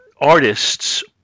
artists